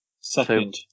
second